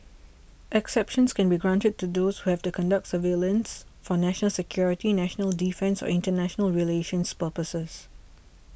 exceptions can be granted to those who have to conduct surveillance for national security national defence or international relations purposes